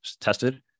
tested